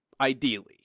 ideally